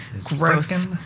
Gross